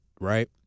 Right